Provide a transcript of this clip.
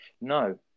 No